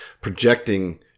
projecting